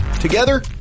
together